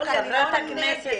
אני לא נגד.